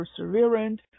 perseverant